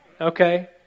Okay